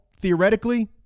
Theoretically